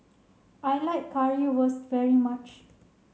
I like Currywurst very much